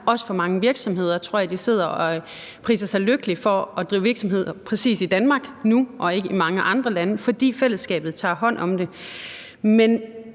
sidder nu og priser sig lykkelige for at drive virksomhed præcis i Danmark og ikke i mange andre lande, fordi fællesskabet tager hånd om det.